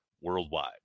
worldwide